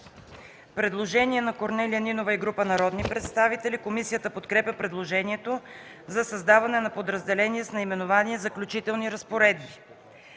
Предложение на Корнелия Нинова и група народни представители. Комисията подкрепя предложението за създаване на подразделение с наименование „Заключителни разпоредби”.